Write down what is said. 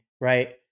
right